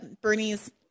Bernie's